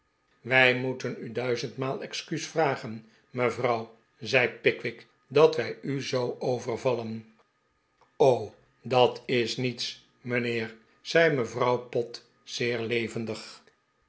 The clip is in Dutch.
wij moeten u duizendmaal excuus vragen mevrouw zei pickwick dat wij u zoo overvallen o dat is niets mijnheer ze mevrouw de heer en mevrouw pott pott zeer levendig